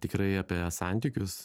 tikrai apie santykius